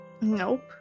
Nope